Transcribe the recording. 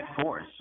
force